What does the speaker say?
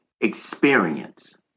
experience